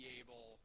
able